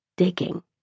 digging